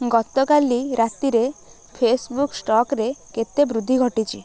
ଗତକାଲି ରାତିରେ ଫେସ୍ବୁକ୍ ଷ୍ଟକ୍ରେ କେତେ ବୃଦ୍ଧି ଘଟିଛି